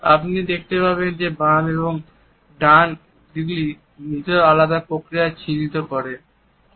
আপনি দেখতে পাবেন যে বাম এবং ডান দিক গুলি আলাদা ধরনের চিন্তাপদ্ধতি নির্দেশ করে